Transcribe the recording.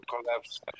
collapse